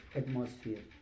atmosphere